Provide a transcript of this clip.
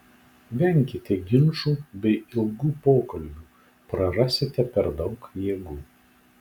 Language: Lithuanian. venkite ginčų bei ilgų pokalbių prarasite per daug jėgų